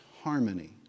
harmony